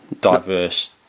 diverse